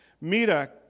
mira